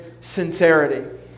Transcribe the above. sincerity